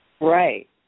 Right